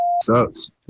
Sucks